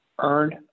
earned